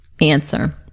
answer